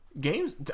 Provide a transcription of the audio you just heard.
games